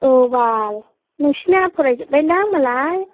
औ बाल नोंसोरना फराय जोबबायदां मालाय